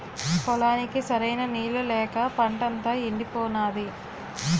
పొలానికి సరైన నీళ్ళు లేక పంటంతా యెండిపోనాది